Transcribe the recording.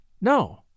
No